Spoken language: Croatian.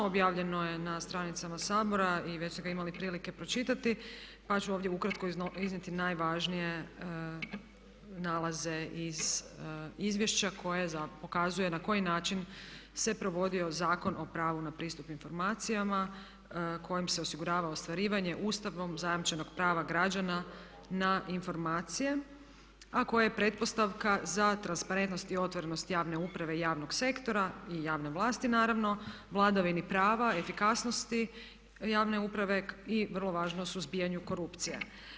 Objavljeno je na stranicama Sabora i već su ga imali prilike pročitati pa ću ovdje ukratko iznijeti najvažnije nalaze iz izvješća koje pokazuje na koji način se provodio Zakon o pravu na pristup informacijama kojim se osigurava ostvarivanje Ustavom zajamčenog prava građana na informacije a koje je pretpostavka za transparentnost i otvorenost javne uprave i javnog sektora i javne vlasti naravno, vladavini prava, efikasnosti javne uprave i vrlo važno suzbijanju korupcije.